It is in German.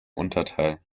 unterteil